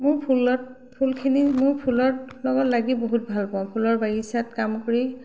মোৰ ফুলত ফুলখিনি মোৰ ফুলৰ লগত লাগি বহুত ভাল পাওঁ ফুলৰ বাগিচাত কাম কৰি